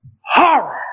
horror